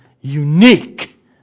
unique